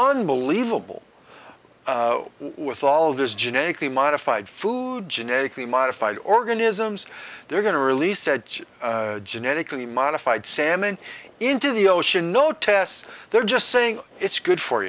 unbelievable with all of this genetically modified food genetically modified organisms they're going to release said genetically modified salmon into the ocean no tests there just saying it's good for